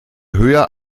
höher